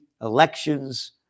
elections